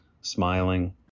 smiling